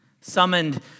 summoned